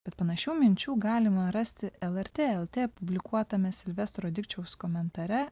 bet panašių minčių galima rasti lrt lt publikuotame silvestro dikčiaus komentare